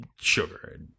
sugar